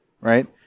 right